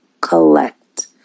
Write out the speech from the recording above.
collect